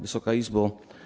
Wysoka Izbo!